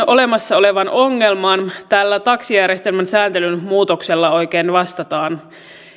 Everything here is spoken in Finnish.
olemassa olevaan ongelmaan tällä taksijärjestelmän sääntelyn muutoksella oikein vastataan